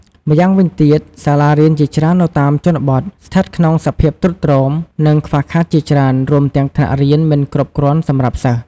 ម្យ៉ាងវិញទៀត សាលារៀនជាច្រើននៅតាមជនបទ ស្ថិតក្នុងសភាពទ្រុឌទ្រោម និងខ្វះខាតជាច្រើន រួមទាំងថ្នាក់រៀនមិនគ្រប់គ្រាន់សម្រាប់សិស្ស។